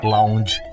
Lounge